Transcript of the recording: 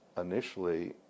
initially